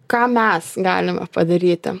ką mes galime padaryti